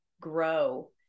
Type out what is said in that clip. grow